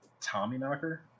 Tommyknocker